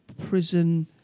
prison